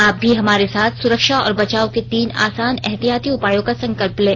आप भी हमारे साथ सुरक्षा और बचाव के तीन आसान एहतियाती उपायों का संकल्प लें